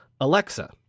Alexa